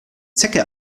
zecke